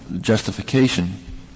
justification